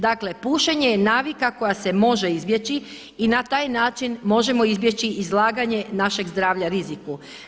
Dakle, pušenje je navika koja se može izbjeći i na taj način možemo izbjeći izlaganje našeg zdravlja riziku.